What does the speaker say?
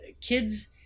Kids